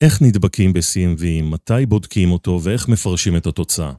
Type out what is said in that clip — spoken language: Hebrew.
‫איך נדבקים ב-CMV, ‫מתי בודקים אותו ואיך מפרשים את התוצאה.